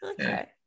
okay